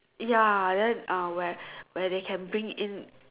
ya then uh where where they can bring in